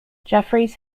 jefferies